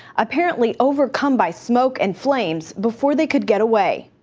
apparently overcome by smoke and flames before they could get away.